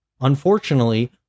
Unfortunately